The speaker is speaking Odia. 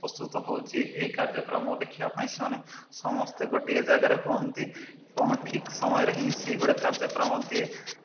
ପ୍ରସ୍ତୁତ ହେଉଛି ଏହି କାର୍ଯ୍ୟକ୍ରମ ଦେଖିବା ପାଇଁ ସେମାନେ ସମସ୍ତେ ଗୋଟିଏ ଜାଗାରେ ହୁଅନ୍ତି ଏବଂ ଠିକ୍ ସମୟରେ ହିଁ ସେଇ ଗୋଟେ କାର୍ଯ୍ୟକ୍ରମ ଦିଏ